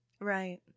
Right